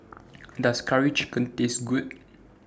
Does Curry Chicken Taste Good